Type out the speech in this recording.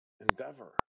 endeavor